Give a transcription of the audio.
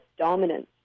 dominance